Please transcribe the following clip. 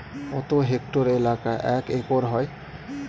কত হেক্টর এলাকা এক একর হয়?